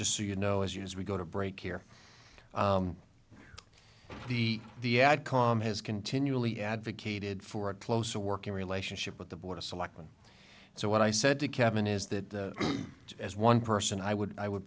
just so you know as you as we go to break here the the ad com has continually advocated for a closer working relationship with the board of selectmen so what i said to kevin is that as one person i would i would